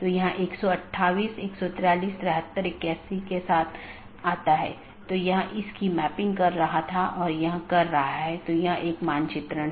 यह हर BGP कार्यान्वयन के लिए आवश्यक नहीं है कि इस प्रकार की विशेषता को पहचानें